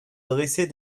dresser